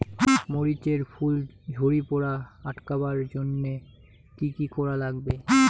মরিচ এর ফুল ঝড়ি পড়া আটকাবার জইন্যে কি কি করা লাগবে?